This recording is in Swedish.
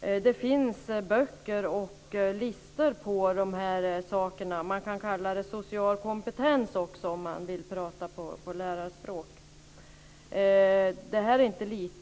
Det finns böcker och listor på dessa saker. Man kan kalla det social kompetens om man vill prata lärarspråk. Det är inte lite.